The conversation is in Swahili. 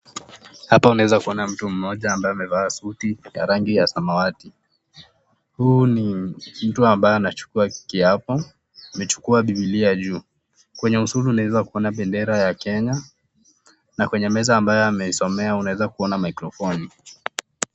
Hapa unaeza kuona mtu mmoja ambaye amevaa suti ya rangi ya samawati. Huu ni mtu ambaye anachukua kiapo, amechukua bibilia juu. Kwenye msulu unaeza kuona bendera ya Kenya na kwenye meza ambayo anasomea unaeza kuona mikrofoni .